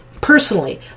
Personally